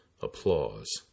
Applause